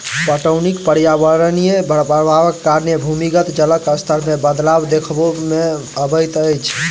पटौनीक पर्यावरणीय प्रभावक कारणें भूमिगत जलक स्तर मे बदलाव देखबा मे अबैत अछि